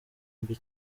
mbi